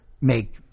make